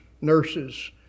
nurses